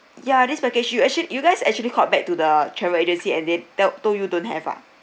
ya this package you actually you guys actually called back to the travel agency and they tell told you don't have ah